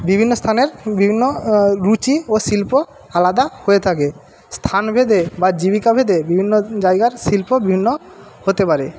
বিভিন্ন স্থানের বিভিন্ন রুচি ও শিল্প আলাদা হয়ে থাকে স্থানভেদে বা জীবিকা ভেদে বিভিন্ন জায়গার শিল্প বিভিন্ন হতে পারে